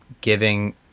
giving